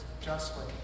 justly